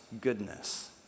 goodness